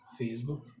Facebook